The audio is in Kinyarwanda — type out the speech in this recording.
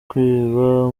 kwiba